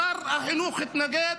שר החינוך התנגד,